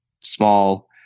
small